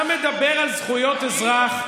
אתה מדבר על זכויות אזרח,